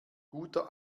guter